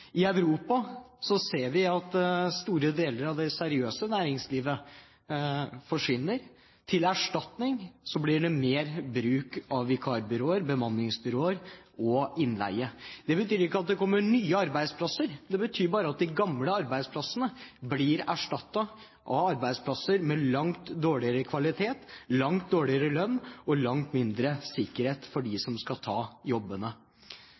I Europa ser vi at store deler av det seriøse næringslivet forsvinner. Til erstatning blir det mer bruk av vikarbyråer, bemanningsbyråer og innleie. Det betyr ikke at det kommer nye arbeidsplasser, det betyr bare at de gamle arbeidsplassene blir erstattet av arbeidsplasser med langt dårligere kvalitet, langt dårligere lønn og langt mindre sikkerhet for dem som skal ta jobbene.